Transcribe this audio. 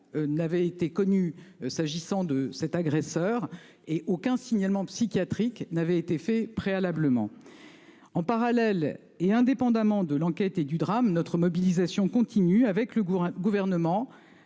N'avait été connu. S'agissant de cet agresseur et aucun signalement psychiatrique n'avait été fait préalablement. En parallèle, et indépendamment de l'enquête et du drame. Notre mobilisation continue avec le goût un gouvernement